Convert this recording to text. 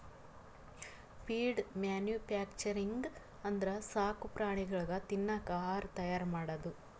feed manufacturing ಅಂದ್ರ ಸಾಕು ಪ್ರಾಣಿಗಳಿಗ್ ತಿನ್ನಕ್ ಆಹಾರ್ ತೈಯಾರ್ ಮಾಡದು